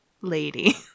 lady